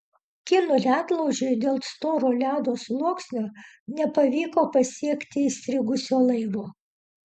kinų ledlaužiui dėl storo ledo sluoksnio nepavyko pasiekti įstrigusio laivo